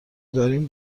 داریم